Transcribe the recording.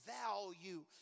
value